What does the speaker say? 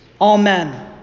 Amen